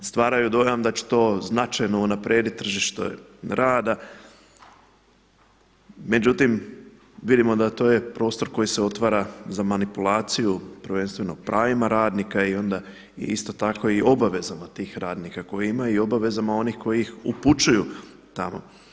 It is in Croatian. Stvaraju dojam da će to značajno unaprijediti tržište rada, međutim vidimo da je to prostor koji se otvara za manipulaciju prvenstveno pravima radnika i onda isto tako i obavezama tih radnika koji imaju i obavezama onih koji ih upućuju tamo.